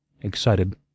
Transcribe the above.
excited